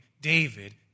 David